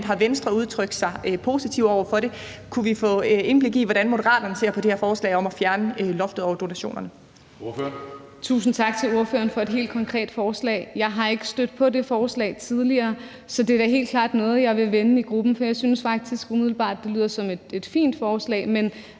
har Venstre udtrykt sig positivt over for det. Kunne vi få indblik i, hvordan Moderaterne ser på det her forslag om at fjerne loftet over donationerne? Kl. 11:19 Tredje næstformand (Karsten Hønge): Ordføreren. Kl. 11:19 Monika Rubin (M): Tusind tak til ordføreren for et helt konkret forslag. Jeg har ikke stødt på det forslag tidligere, så det er da helt klart noget, jeg vil vende med gruppen, for jeg synes faktisk umiddelbart, det lyder som et fint forslag. Men